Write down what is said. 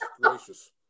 gracious